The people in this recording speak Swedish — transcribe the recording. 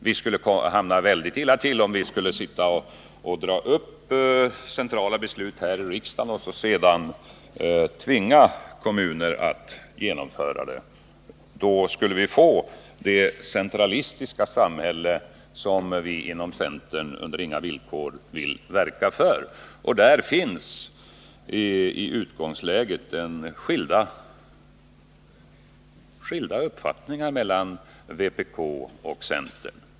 Vi skulle hamna väldigt illa till om vi här i riksdagen fattade centrala beslut, som vi sedan tvingade kommunerna att genomföra. Då skulle vi få det centralistiska samhälle som centern under inga villkor vill verka för. Där finns i utgångsläget skilda uppfattningar mellan vpk och centern.